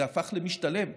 זה הפך למשתלם,